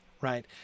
right